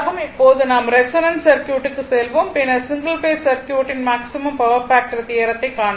இப்போது நாம் ரெசோனன்ஸ் சர்க்யூட்டுக்கு செல்வோம் பின்னர் சிங்கிள் பேஸ் சர்க்யூட்டின் மேக்ஸிமம் பவர் ஃபாக்டர் தியரத்தை காண்போம்